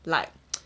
like